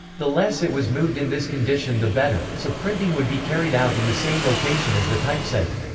the less it was moved in this condition the better so printing would be carried out in the same location as the typesetting.